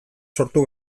sortu